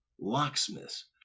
locksmiths